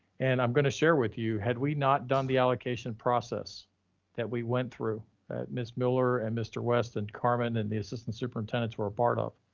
and i'm gonna share with you had we not done the allocation process that we went through that ms. miller, and mr. weston, carmen, and the assistant superintendents were part off.